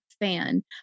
fan